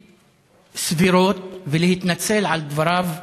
הבלתי-סבירות, ולהתנצל על דבריו הנוראיים,